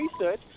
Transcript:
research